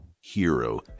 Hero